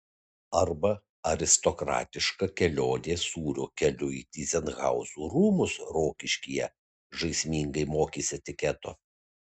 arba aristokratiška kelionė sūrio keliu į tyzenhauzų rūmus rokiškyje žaismingai mokys etiketo